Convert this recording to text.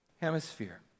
hemisphere